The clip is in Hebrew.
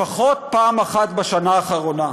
לפחות פעם אחת בשנה האחרונה.